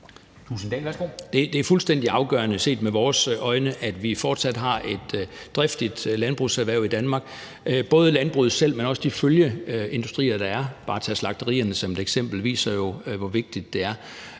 Thulesen Dahl (DF): Det er fuldstændig afgørende set med vores øjne, at vi fortsat har et driftigt landbrugserhverv i Danmark. Både landbruget selv, men også de følgeindustrier, der er – tag bare slagterierne som et eksempel – viser jo, hvor vigtigt det er.